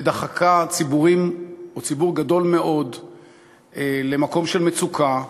ודחקה ציבורים או ציבור גדול מאוד למקום של מצוקה,